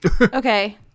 Okay